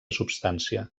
substància